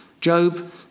Job